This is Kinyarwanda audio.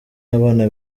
abana